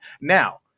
Now